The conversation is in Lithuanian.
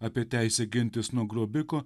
apie teisę gintis nuo grobikų